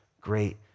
great